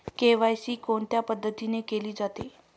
KYC कोणत्या पद्धतीने केले जाते?